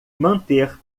manter